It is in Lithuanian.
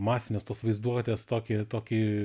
masinės tos vaizduotės tokį tokį